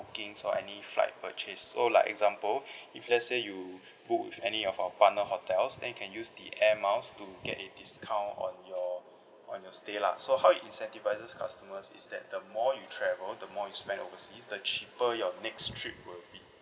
bookings or any flight purchase so like example if let's say you book with any of our partner hotels then you can use the air miles to get a discount on your on your stay lah so how it incentivises customers is that the more you travel the more you spend overseas the cheaper your next trip will be